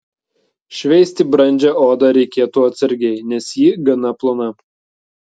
šveisti brandžią odą reikėtų atsargiai nes ji gana plona